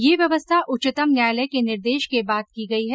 यह व्यवस्था उच्चतम न्यायालय के निर्देश के बाद की गयी है